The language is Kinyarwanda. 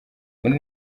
muri